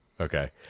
okay